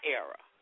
era